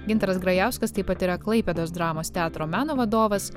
gintaras grajauskas taip pat yra klaipėdos dramos teatro meno vadovas